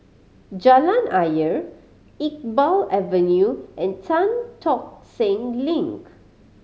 Jalan Ayer Iqbal Avenue and Tan Tock Seng Link